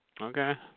Okay